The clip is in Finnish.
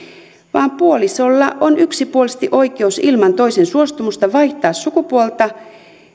vaan puolisolla on yksipuolisesti oikeus ilman toisen suostumusta vaihtaa sukupuoltaan